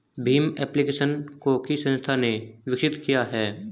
Bhim application को किस संस्था ने विकसित किया है?